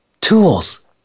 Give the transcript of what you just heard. tools